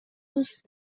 دوست